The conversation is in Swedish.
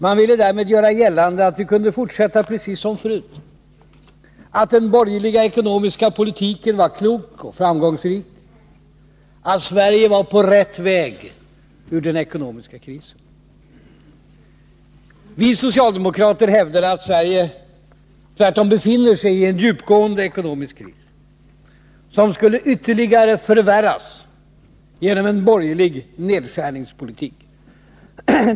Man ville därmed göra gällande att vi kunde fortsätta precis som förut, att den borgerliga ekonomiska politiken var klok och framgångsrik, att Sverige var på ”rätt väg” ur den ekonomiska krisen. Vi socialdemokrater hävdade att Sverige tvärtom befinner sig i en djupgående ekonomisk kris, som skulle ytterligare förvärras genom en borgerlig nedskärningspolitik.